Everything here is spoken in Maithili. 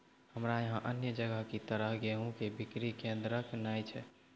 हमरा यहाँ अन्य जगह की तरह गेहूँ के बिक्री केन्द्रऽक नैय छैय?